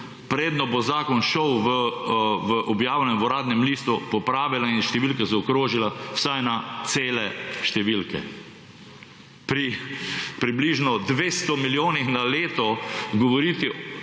predno bo zakon šel v objavo na Uradnem listu, popravila in številke zaokrožila vsaj na cele številke. Pri približno 200 milijonih na leto govoriti